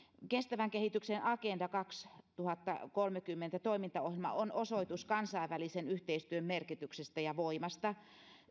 kestävän kehityksen agenda kaksituhattakolmekymmentä toimintaohjelma on osoitus kansainvälisen yhteistyön merkityksestä ja voimasta